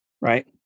Right